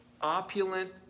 opulent